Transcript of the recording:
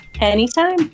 Anytime